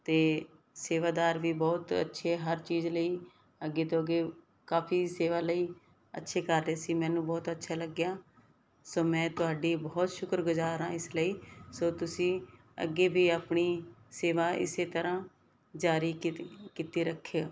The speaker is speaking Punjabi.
ਅਤੇ ਸੇਵਾਦਾਰ ਵੀ ਬਹੁਤ ਅੱਛੇ ਹਰ ਚੀਜ਼ ਲਈ ਅੱਗੇ ਤੋਂ ਅੱਗੇ ਕਾਫੀ ਸੇਵਾ ਲਈ ਅੱਛੇ ਕਰ ਰਹੇ ਸੀ ਮੈਨੂੰ ਬਹੁਤ ਅੱਛਾ ਲੱਗਿਆ ਸੋ ਮੈਂ ਤੁਹਾਡੀ ਬਹੁਤ ਸ਼ੁਕਰ ਗੁਜ਼ਾਰ ਹਾਂ ਇਸ ਲਈ ਸੋ ਤੁਸੀਂ ਅੱਗੇ ਵੀ ਆਪਣੀ ਸੇਵਾ ਇਸੇ ਤਰ੍ਹਾਂ ਜਾਰੀ ਕੀ ਕੀਤੀ ਰੱਖਿਓ